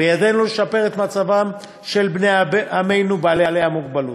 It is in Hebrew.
ובידינו לשפר את מצבם של בני עמנו בעלי המוגבלות.